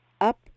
up